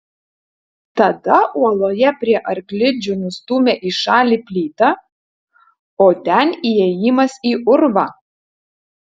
tada uoloje prie arklidžių nustūmė į šalį plytą o ten įėjimas į urvą